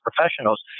professionals